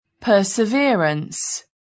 perseverance